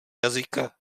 jazyka